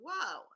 Whoa